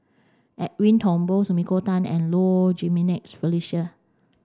Edwin Thumboo Sumiko Tan and Low Jimenez Felicia